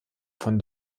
von